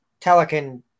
Telekin